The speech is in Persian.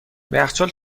یخچال